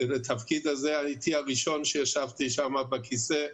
בתפקיד הזה, הייתי הראשון שישבתי שם בכיסא,